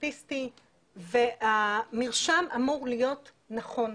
סטטיסטי והמרשם אמור להיות נכון.